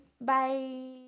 bye